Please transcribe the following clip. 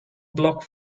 block